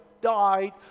died